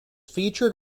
featured